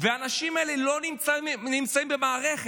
והאנשים האלה לא נמצאים במערכת,